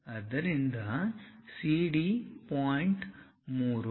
ಆದ್ದರಿಂದ CD point 3